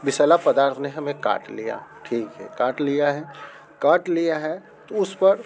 विषैले पदार्थ ने हमें काट लिया ठीक है काट लिया है काट लिया है तो उस पर